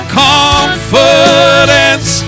confidence